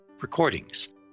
recordings